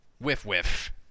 whiff-whiff